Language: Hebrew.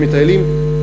שמטיילים,